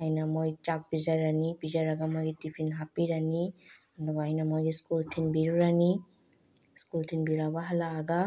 ꯑꯩꯅ ꯃꯣꯏ ꯆꯥꯛ ꯄꯤꯖꯔꯅꯤ ꯄꯤꯖꯔꯒ ꯃꯣꯏꯒꯤ ꯇꯤꯐꯤꯟ ꯍꯥꯞꯄꯤꯔꯅꯤ ꯑꯗꯨꯒ ꯑꯩꯅ ꯃꯣꯏꯒꯤ ꯁ꯭ꯀꯨꯜ ꯊꯤꯟꯕꯤꯔꯨꯔꯅꯤ ꯁ꯭ꯀꯨꯜ ꯊꯤꯟꯕꯤꯔꯨꯕ ꯍꯜꯂꯛꯑꯒ